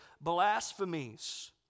blasphemies